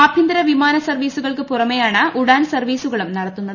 ആഭ്യന്തര വിമാന സർവീസുകൾക്ക് പുറമെയാണ് ഉഡാൻ സർവീസുകളും നടത്തുന്നത്